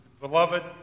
beloved